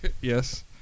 Yes